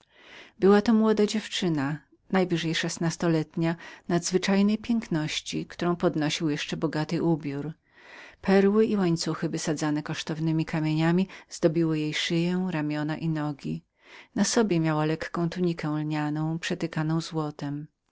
była to młoda dziewczyna najwięcej szesnastoletnia nadzwyczajnej piękności którą podwyższał jeszcze bogaty ubiór perły i łańcuchy wysadzane kosztownemi kamieniami zdobiły jej ręce szyję ramiona i nogi na sobie miała lekką tunikę lnianą przetykaną złotem